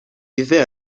vivait